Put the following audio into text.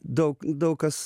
daug daug kas